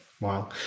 wow